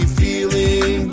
feeling